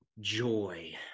joy